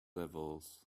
levels